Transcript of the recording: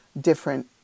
different